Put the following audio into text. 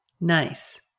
Nice